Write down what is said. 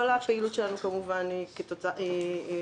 כל הפעילות שלנו היא במכרזים,